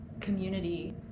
community